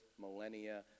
millennia